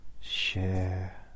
share